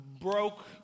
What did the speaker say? broke